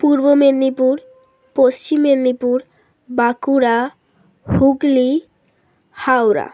Purba Medinipur Paschim Medinipur Bankura Hooghly Howrah